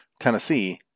Tennessee